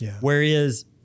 whereas